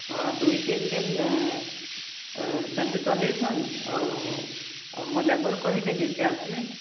ହଉ ଦୁଇ ତିନି ଦିନ ସେମିତି ଚଲେଇଥାଆନ୍ତୁ ଆଉ ଆଉ ମୁଁ ଲେବର୍କୁ କହିଦେବି ସେ ଆସିବେ